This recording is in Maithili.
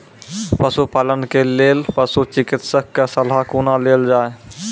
पशुपालन के लेल पशुचिकित्शक कऽ सलाह कुना लेल जाय?